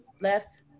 left